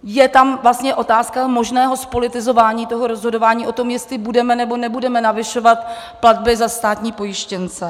Je tam vlastně otázka možného zpolitizování rozhodování o tom, jestli budeme, nebo nebudeme navyšovat platby za státní pojištěnce.